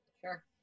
Sure